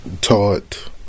taught